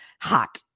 hot